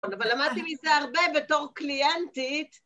אבל למדתי מזה הרבה בתור קליאנטית.